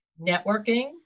networking